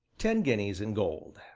ten guineas in gold.